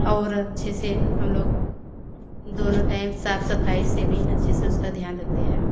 और अच्छे से हम लोग दोनों टाइम साफ़ सफ़ाई से भी अच्छे से उसका ध्यान रखते हैं